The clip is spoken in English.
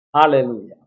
Hallelujah